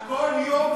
כל יום אני סופר אותם.